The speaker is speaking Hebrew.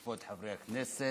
כבוד חברי הכנסת,